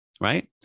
right